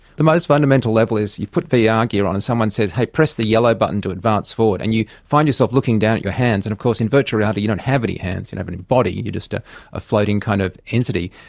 the most fundamental level is you put vr yeah ah gear on and someone says, hey, press the yellow button to advance forward, and you find yourself looking down at your hands, and of course in virtual reality you don't have any hands, you don't have any body, you are just a ah floating kind of entity.